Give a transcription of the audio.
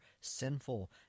sinful